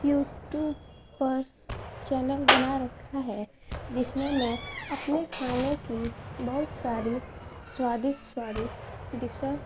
you tube پر channel بنا رکھا ہے جس میں میں اپنے کھانے کی بہت ساری سوادشت سوادشت ڈشیں